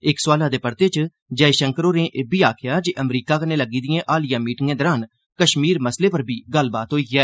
इक सोआलै दे परते च जयशंकर होरें इब्बी आखेआ जे अमरीका कन्नै लग्गी दिएं मीटिंग दौरान कश्मीर मसले पर बी गल्लबात होई ऐ